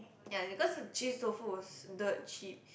ya and because cheese tofu was dirt cheap